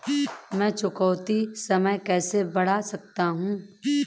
मैं चुकौती समय कैसे बढ़ा सकता हूं?